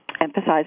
emphasize